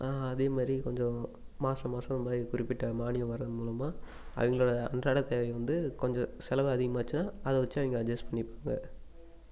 அதே மாதிரி கொஞ்சம் மாதம் மாதம் பை குறிப்பிட்ட மானியம் வரது மூலமாக அவங்களோட அன்றாட தேவையை வந்து கொஞ்சம் செலவு அதிகமாக ஆச்சுன்னா அதை வெச்சு அவங்க அட்ஜெஸ்ட் பண்ணிப்பாங்க